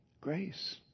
Grace